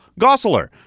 gosseler